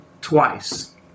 twice